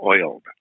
oiled